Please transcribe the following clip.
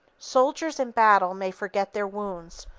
soldiers in battle may forget their wounds,